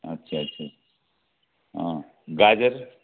अच्छा अच्छा अँ गाजर